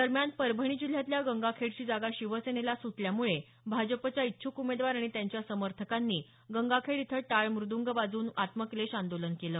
दरम्यान परभणी जिल्ह्यातल्या गंगाखेडची जागा शिवसेनेला सुटल्यामुळे भाजपच्या इच्छ्क उमेदवार आणि त्यांच्या समर्थकांनी गंगाखेड इथं टाळ मृद्ग वाजवून आत्मक्लेष आंदोलन केलं